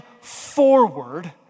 forward